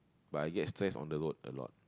but I get stressed on the road a lot